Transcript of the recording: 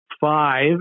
five